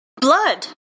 blood